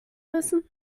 müssen